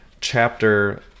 chapter